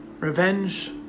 Revenge